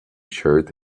shirt